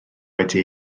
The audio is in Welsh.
wedi